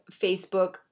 Facebook